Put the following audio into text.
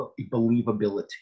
believability